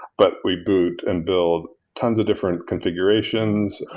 but we boot and build tons of different configurations,